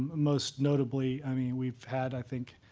most notably, i mean we've had, i think